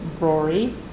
Rory